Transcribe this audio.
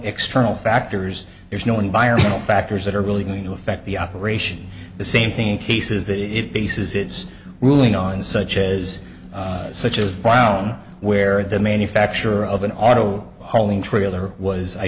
external factors there's no environmental factors that are really going to affect the operation the same thing cases that it bases its ruling on such as such as brown where the manufacturer of an auto hauling trailer was i